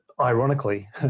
Ironically